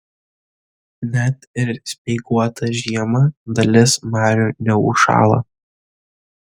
net ir speiguotą žiemą dalis marių neužšąla